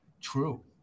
True